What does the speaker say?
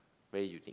very unique